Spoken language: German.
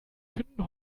finden